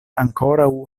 ankoraŭ